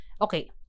okay